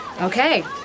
Okay